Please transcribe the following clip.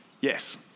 Yes